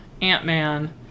Ant-Man